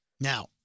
Now